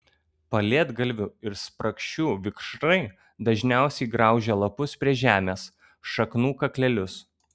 pelėdgalvių ir sprakšių vikšrai dažniausiai graužia lapus prie žemės šaknų kaklelius